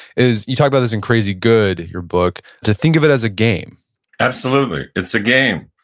is you talk about this in crazy good, your book, to think of it as a game absolutely. it's a game.